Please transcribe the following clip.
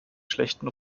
schlechten